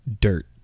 dirt